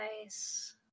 Nice